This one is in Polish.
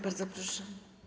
Bardzo proszę.